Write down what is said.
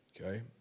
Okay